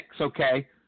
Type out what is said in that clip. okay